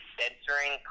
censoring